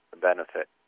benefit